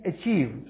achieved